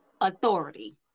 authority